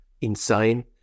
insane